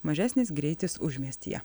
mažesnis greitis užmiestyje